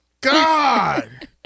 God